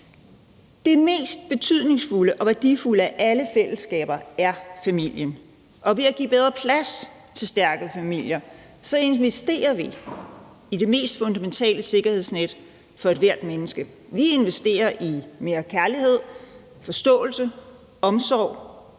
Det mest betydningsfulde og værdifulde af alle fællesskaber er familien, og ved at give bedre plads til stærke familier investerer vi i det mest fundamentale sikkerhedsnet for ethvert menneske. Vi investerer i mere kærlighed, forståelse, omsorg